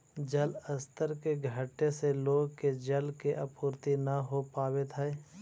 जलस्तर के घटे से लोग के जल के आपूर्ति न हो पावित हई